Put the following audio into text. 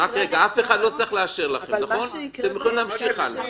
לא צריך לאשר לכם, אתם יכולים להמשיך הלאה.